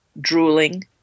drooling